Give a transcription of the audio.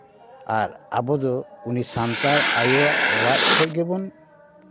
ᱟᱨ ᱟᱵᱚᱫᱚ ᱩᱱᱤ ᱥᱟᱱᱛᱟᱲ ᱟᱭᱳᱼᱟᱜ ᱞᱟᱡ ᱠᱷᱚᱡ ᱜᱮᱵᱚᱱ